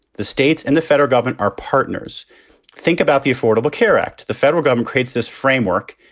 the states and the federal government. our partners think about the affordable care act. the federal government creates this framework,